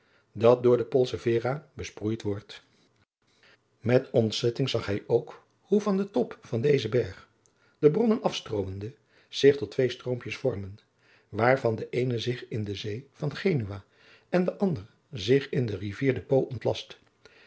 dat door de polsevera besproeid wordt met ontzetting zag hij ook hoe van den top van dezen berg de bronnen afstroomende zich tot twee stroompjes vormen waarvan het eene zich in de zee van genua en het ander zich in de rivier